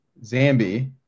Zambi